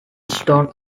stone